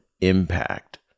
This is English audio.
impact